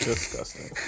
Disgusting